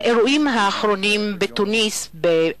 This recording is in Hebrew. האירועים האחרונים בתוניסיה,